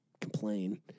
Complain